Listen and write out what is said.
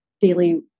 daily